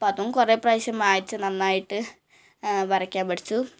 അപ്പം അതും കുറേ പ്രാവശ്യം മായ്ച്ച് നന്നായിട്ട് വരയ്ക്കാൻ പഠിച്ചു